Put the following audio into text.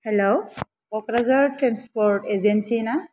हेल' Kokrajhar transport agency ना